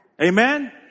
amen